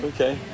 Okay